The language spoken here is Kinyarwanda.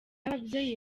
ababyeyi